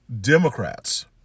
Democrats